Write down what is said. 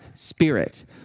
Spirit